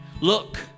look